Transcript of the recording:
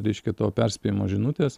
reiškia to perspėjimo žinutės